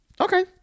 Okay